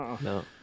No